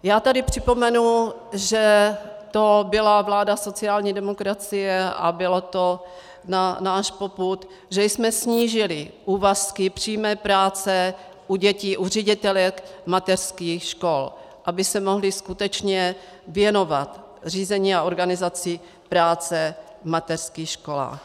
Já tady připomenu, že to byla vláda sociální demokracie a bylo to na náš popud, že jsme snížili úvazky přímé práce u dětí u ředitelek mateřských škol, aby se mohly skutečně věnovat řízení a organizaci práce v mateřských školách.